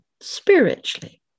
spiritually